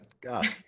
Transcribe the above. God